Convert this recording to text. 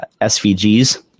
SVGs